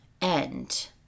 End